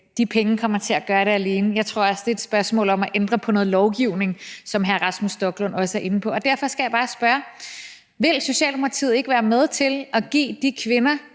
de penge kommer til at gøre det alene. Jeg tror, at det også er et spørgsmål om at ændre på noget lovgivning, som hr. Rasmus Stoklund også er inde på. Så derfor skal jeg bare spørge: Vil Socialdemokratiet ikke være med til at give de kvinder,